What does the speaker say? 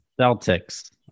Celtics